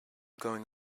going